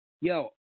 Yo